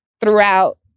throughout